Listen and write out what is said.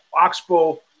Oxbow